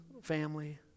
Family